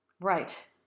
Right